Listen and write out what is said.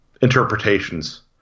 interpretations